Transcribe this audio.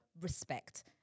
respect